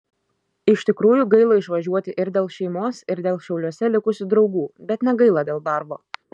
iš tikrųjų gaila išvažiuoti ir dėl šeimos ir dėl šiauliuose likusių draugų bet negaila dėl darbo